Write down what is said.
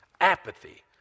Apathy